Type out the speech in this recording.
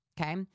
okay